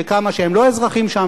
וכמה שהם לא אזרחים שם,